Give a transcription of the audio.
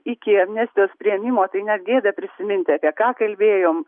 iki amnestijos priėmimo tai net gėda prisiminti apie ką kalbėjom